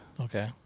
Okay